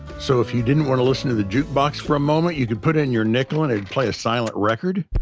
so if you didn't want to listen to the jukebox for a moment, you could put in your nickel and it'd play a silent record